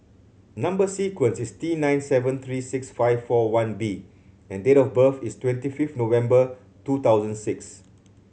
number sequence is T nine seven three six five four one B and date of birth is twenty fifth November two thousand six